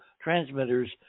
transmitters